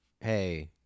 hey